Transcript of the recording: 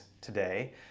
today